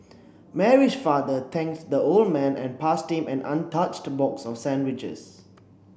Mary's father thanked the old man and passed him an untouched box of sandwiches